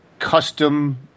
custom